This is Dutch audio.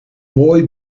mooi